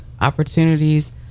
Opportunities